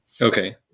Okay